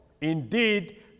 Indeed